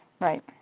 right